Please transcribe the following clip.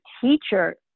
teacher